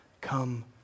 Come